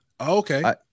Okay